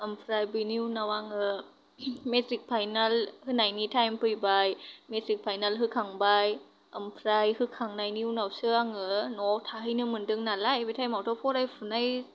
ओमफ्राय बिनि उनाव आङो मेत्रिक फाइनाल होनायनि तायेम फैबाय मेत्रिक फाइनाल होखांबाय ओमफ्राय होखांनायनि उनावसो आङो न'आव थाहैनो मोनदों नालाय बे तायेमावथ' फरायफुनाय